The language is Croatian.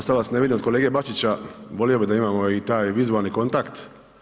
Sad vas ne vidim od kolege Bačića, volio bi da imamo i taj vizualni kontakt.